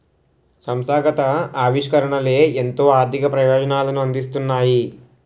సంస్థాగత ఆవిష్కరణలే ఎంతో ఆర్థిక ప్రయోజనాలను అందిస్తున్నాయి